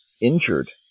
injured